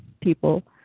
people